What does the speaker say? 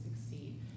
succeed